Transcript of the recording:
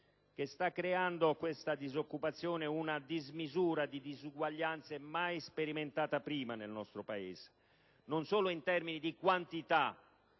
due cifre. Questa disoccupazione sta creando una dismisura di disuguaglianze mai sperimentata prima nel nostro Paese, non solo in termini di quantità,